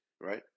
Right